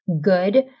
good